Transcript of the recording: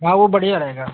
हाँ वह बढ़िया रहेगा